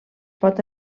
pot